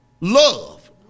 love